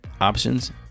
options